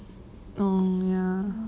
oh ya